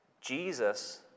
Jesus